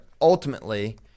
ultimately